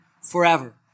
forever